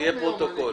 יהיה פרוטוקול.